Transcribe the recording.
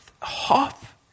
Half